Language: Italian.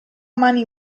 mani